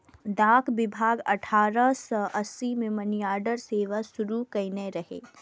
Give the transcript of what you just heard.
डाक विभाग अठारह सय अस्सी मे मनीऑर्डर सेवा शुरू कयने रहै